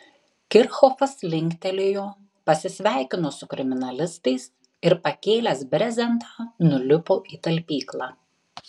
kirchhofas linktelėjo pasisveikino su kriminalistais ir pakėlęs brezentą nulipo į talpyklą